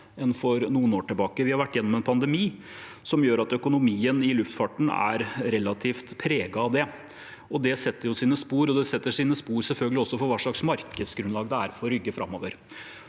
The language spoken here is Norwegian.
enn for noen år tilbake. Vi har vært gjennom en pandemi, og økonomien i luftfarten er relativt preget av det. Det setter sine spor, og det setter selvfølgelig også sine spor for hva slags markedsgrunnlag det er for Rygge framover.